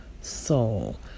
Soul